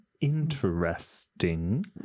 interesting